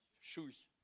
shoes